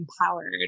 empowered